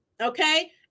okay